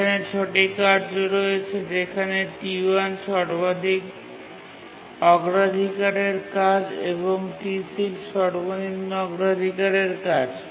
এখানে আমাদের ৬ টি কার্য রয়েছে যেখানে T1 সর্বাধিক অগ্রাধিকারের কাজ এবং T6 সর্বনিম্ন অগ্রাধিকারের কাজ